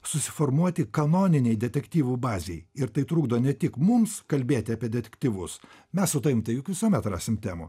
susiformuoti kanoninei detektyvų bazei ir tai trukdo ne tik mums kalbėti apie detektyvus mes su tavim tai juk visuomet rasim temų